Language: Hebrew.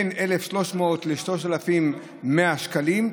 בין 1,300 ל־3,100 שקלים,